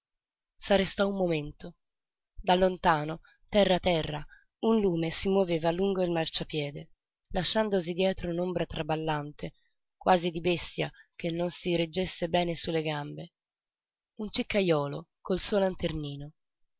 s'arrestò un momento da lontano terra terra un lume si moveva lungo il marciapiede lasciandosi dietro un'ombra traballante quasi di bestia che non si reggesse bene su le gambe un ciccajolo col suo lanternino